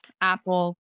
apple